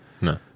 No